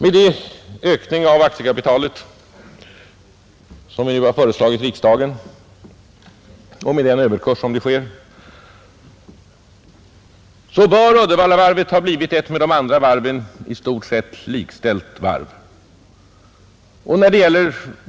Med den ökning av aktiekapitalet som vi nu har föreslagit riksdagen och med den överkurs som det är fråga om bör Uddevallavarvet ha blivit i stort sett likställt med de andra varven.